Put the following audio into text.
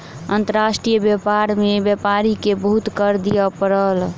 अंतर्राष्ट्रीय व्यापार में व्यापारी के बहुत कर दिअ पड़ल